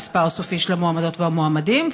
המספר הסופי של המועמדות והמועמדים,